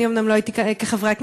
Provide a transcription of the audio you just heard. אני אומנם לא הייתי כחברת כנסת,